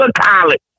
College